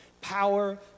Power